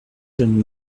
jeunes